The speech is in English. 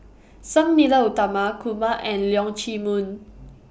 Sang Nila Utama Kumar and Leong Chee Mun